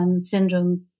syndrome